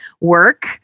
work